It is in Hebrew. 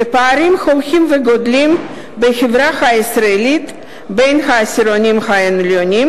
ופערים הולכים וגדלים בחברה הישראלית בין העשירונים העליונים